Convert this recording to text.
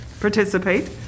participate